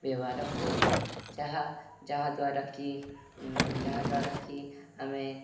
ବ୍ୟବହାର କରୁ ଯାହା ଯାହାଦ୍ୱାରା କି ଯାହାଦ୍ୱାରା କି ଆମେ